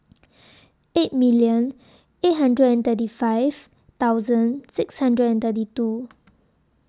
eight million eight hundred and thirty five thousand six hundred and thirty two